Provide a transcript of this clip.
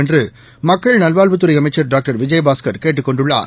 என்றுமக்கள் நல்வாழ்வுத் துறைஅமைச்சர் டாக்டர் விஜயபாஸ்கர் கேட்டுக் கொண்டுள்ளார்